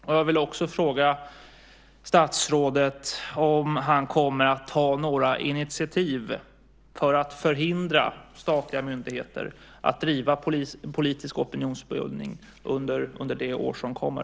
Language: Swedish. Och kommer statsrådet att ta några initiativ för att förhindra statliga myndigheter att driva politisk opinionsbildning under det år som kommer?